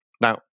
Now